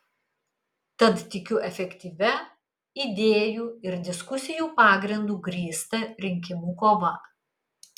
tad tikiu efektyvia idėjų ir diskusijų pagrindu grįsta rinkimų kova